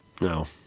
No